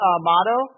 motto